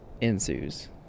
ensues